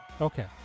Okay